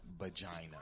vagina